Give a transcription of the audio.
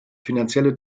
finanzielle